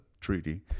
treaty